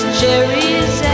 cherries